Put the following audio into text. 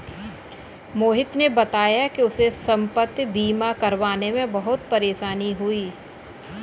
मोहित ने बताया कि उसे संपति बीमा करवाने में बहुत परेशानी हुई